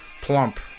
plump